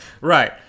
Right